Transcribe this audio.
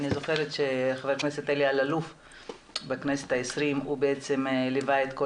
אני זוכרת שח"כ אלי אלאלוף בכנסת העשרים ליווה את כל